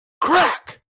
Crack